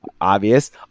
obvious